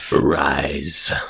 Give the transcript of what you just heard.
Rise